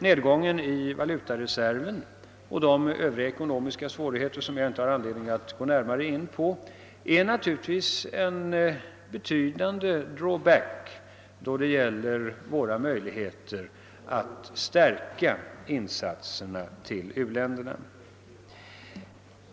Nedgången i valutareserven och de övriga ekonomiska svårigheter, som jag inte har anledning att gå närmare in på, är naturligtvis en betydande draw back då det gäller våra möjligheter att stärka insatserna till u-länderna.